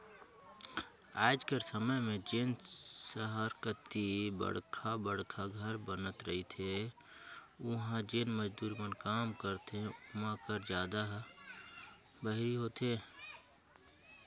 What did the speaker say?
आएज कर समे में जेन सहर कती बड़खा बड़खा घर बनत दिखथें उहां जेन मजदूर मन काम करथे ओमा कर जादा ह बाहिरी होथे